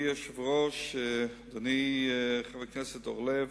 אדוני היושב-ראש, אדוני חבר הכנסת אורלב,